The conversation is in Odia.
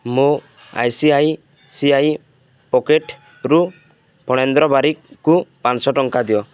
ମୋ I C I C I ପକେଟ୍ରୁ ଫଣେନ୍ଦ୍ର ବାରିକ୍ଙ୍କୁ ପାଞ୍ଚଶହ ଟଙ୍କା ଦିଅ